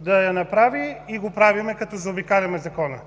да я направи и го правим, като заобикаляме закона.